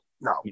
no